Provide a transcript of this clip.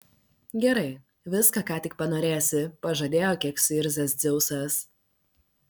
gerai viską ką tik panorėsi pažadėjo kiek suirzęs dzeusas